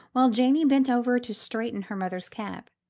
while janey bent over to straighten her mother's cap.